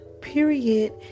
Period